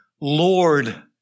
Lord